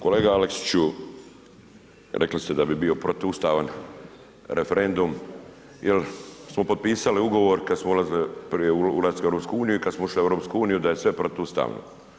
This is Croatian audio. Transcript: Kolega Aleksiću, rekli ste da bi bilo protuustavan referendum jer smo potpisali ugovor kad smo ulazili prije ulaska u EU i kad smo ušli u EU, da je sve protuustavno.